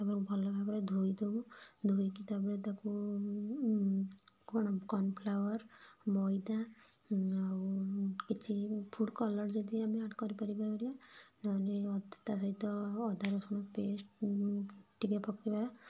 ଭଲ ଭାବରେ ଧୋଇଦେବୁ ଧୋଇକି ତାପରେ ତାକୁ କଣ କର୍ଣ୍ଣଫ୍ଲାୱାର୍ ମଇଦା ଆଉ କିଛି ଫୂୁଡ଼୍ କଲର୍ ଯଦି ଆମେ ଆଡ଼୍ କରିପାରିବା ହେଲା ନ ହେଲେ ତା ସହିତ ଅଦା ରସୁଣ ପେଷ୍ଟ ଟିକେ ପକେଇବା